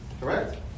Correct